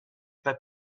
pas